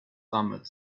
ahmed